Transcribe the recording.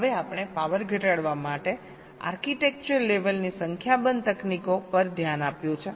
હવે આપણે પાવર ઘટાડવા માટે આર્કિટેક્ચર લેવલની સંખ્યાબંધ તકનીકો પર ધ્યાન આપ્યું છે